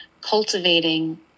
cultivating